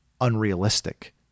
unrealistic